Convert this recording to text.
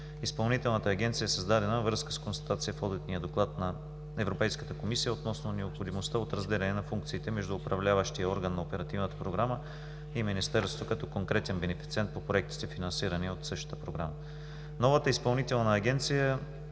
Изпълнителната агенция е създадена във връзка с констатацията в Одитния доклад на Европейската комисия относно необходимостта от разделяне на функциите между управляващия орган на Оперативната програма и Министерството като конкретен бенефициент по проектите, финансирани от същата програма. Новата Изпълнителна агенция